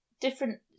different